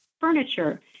furniture